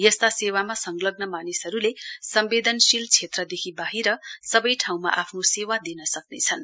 यस्ता सेवामा संलग्न मानिसहरूले सम्वेदनशील क्षेत्रदेखि बाहिर सबै ठाँउमा आफ्नो सेवा दिन सक्नेछन्